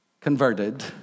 Converted